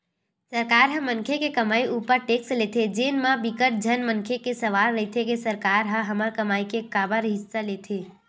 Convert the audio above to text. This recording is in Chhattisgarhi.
सरकार ह मनखे के कमई उपर टेक्स लेथे जेन म बिकट झन मनखे के सवाल रहिथे के सरकार ह हमर कमई के काबर हिस्सा लेथे